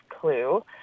Clue